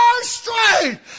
straight